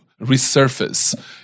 resurface